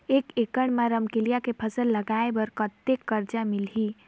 एक एकड़ मा रमकेलिया के फसल लगाय बार कतेक कर्जा मिलही?